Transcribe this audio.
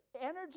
energy